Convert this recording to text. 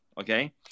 Okay